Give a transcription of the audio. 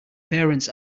parents